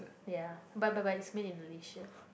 ya but but but is made in Malaysia